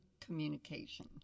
Communication